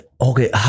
Okay